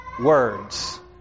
words